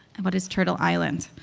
and what is turtle island.